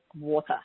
water